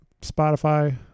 Spotify